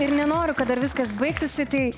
ir nenoriu kad dar viskas baigtųsi tai